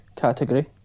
category